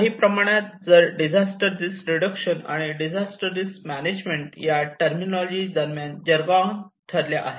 काही प्रमाणात disaster risk reduction आणि डिजास्टर रिस्क मॅनेजमेंट या टरमिनोलॉजी दरम्यान जरगों ठरल्या आहेत